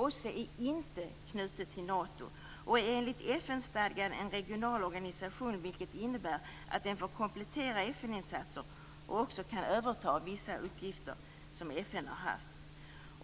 OSSE är inte knutet till Nato och är enligt FN stadgan en regional organisation, vilket innebär att den får komplettera FN-insatser och också kan överta vissa uppgifter som FN har haft.